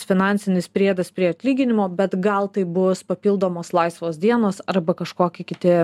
finansinis priedas prie atlyginimo bet gal tai bus papildomos laisvos dienos arba kažkoki kiti